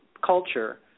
culture